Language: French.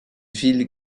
ville